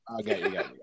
okay